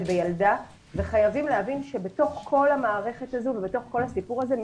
או בילדה וחייבים להבין שבתוך כל המערכת הזו ובתוך כל הסיפור הזה,